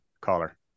caller